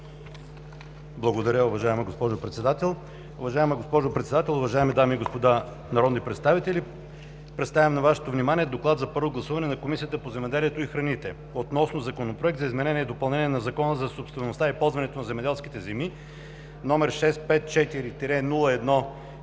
Благодаря, уважаема госпожо Председател. Уважаема госпожо Председател, уважаеми дами и господа народни представители! Представям на Вашето внимание „ДОКЛАД за първо гласуване на Комисията по земеделието и храните относно Законопроект за изменение и допълнение на Закона за собствеността и ползването на земеделските земи, № 654-01-141,